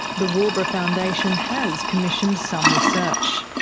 the waubra foundation has commissioned some research.